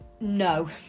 No